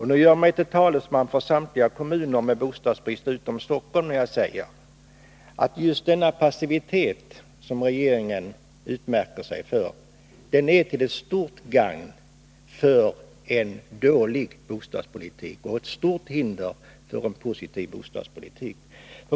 Jag gör mig till talesman för samtliga kommuner som har bostadsbrist — inte bara Stockholm — när jag säger att den passivitet som regeringen utmärker sig för är till stort gagn för en dålig bostadspolitik och ett stort hinder för en positiv bostadspolitik.